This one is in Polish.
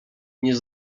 nie